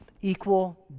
Equal